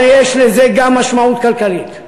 אבל יש לזה גם משמעות כלכלית,